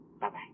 Bye-bye